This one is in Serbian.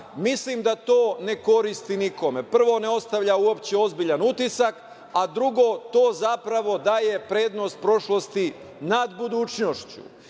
Mislim da to ne koristi nikome. Prvo ne ostavlja uopšte ozbiljan utisak, a drugo to zapravo daje prednost prošlosti nad budućnošću.